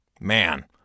Man